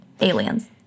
Aliens